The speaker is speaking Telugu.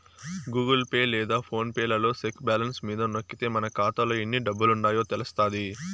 గూగుల్ పే లేదా ఫోన్ పే లలో సెక్ బ్యాలెన్స్ మీద నొక్కితే మన కాతాలో ఎన్ని డబ్బులుండాయో తెలస్తాది